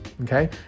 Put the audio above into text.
okay